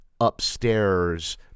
upstairs